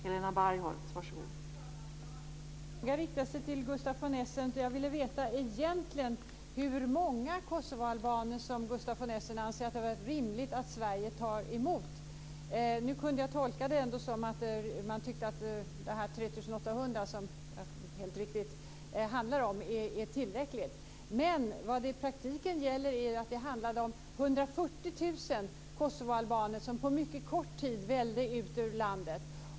Fru talman! Min fråga riktar sig till Gustaf von Essen. Jag vill veta hur många kosovoalbaner han egentligen anser hade varit rimligt för Sverige att ta emot. Jag kunde tolka hans anförande som att han tyckte att de 3 800 som det, helt riktigt, handlade om var tillräckligt. Men i praktiken handlade det ju om 140 000 kosovoalbaner som på mycket kort tid vällde ut ur landet.